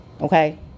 Okay